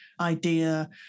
idea